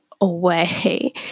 away